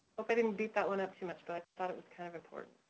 hope i didn't beat that one up too much, but i thought it was kind of important.